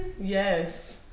Yes